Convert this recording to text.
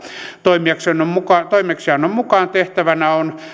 toimeksiannon mukaan toimeksiannon mukaan tehtävänä on